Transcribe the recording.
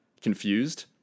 confused